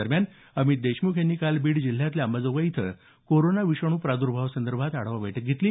दरम्यान देशमुख यांनी काल बीड जिल्ह्यातल्या अंबाजोगाई इथंही कोरोना विषाणू प्राद्र्भावासंदर्भात आढावा बैठक घेतली